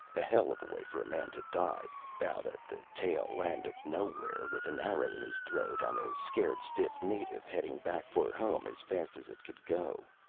a hell of a way for a man to die out at the tail-end of nowhere with an arrow in his throat and a scared-stiff native heading back for home as fast as it could go.